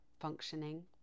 functioning